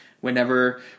Whenever